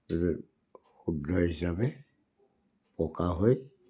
শুদ্ধ হিচাপে পকা হৈ